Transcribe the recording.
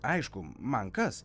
aišku man kas